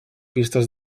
pistes